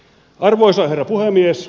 arvoisa herra puhemies